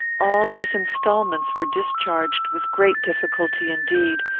all these instalments were discharged with great difficulty indeed,